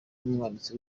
n’umwanditsi